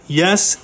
yes